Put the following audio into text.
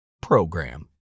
program